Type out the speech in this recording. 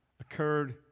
occurred